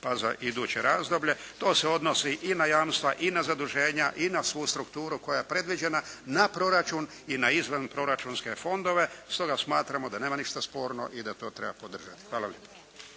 pa za iduće razdoblje. To se odnosi I na jamstva I na zaduženja I na svu strukturu koja je predviđena na proračun I na izvanproračunske fondove stoga smatramo da nema ništa sporno I da to treba podržati. Hvala lijepo.